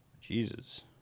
Jesus